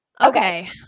Okay